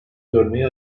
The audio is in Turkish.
görmeyi